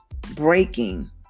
breaking